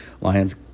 Lions